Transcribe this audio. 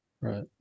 Right